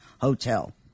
hotel